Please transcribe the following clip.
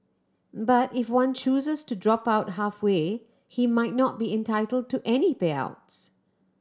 but if one chooses to drop out halfway he might not be entitle to any payouts